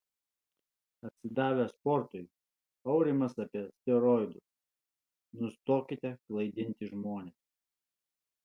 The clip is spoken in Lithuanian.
atsidavęs sportui aurimas apie steroidus nustokite klaidinti žmones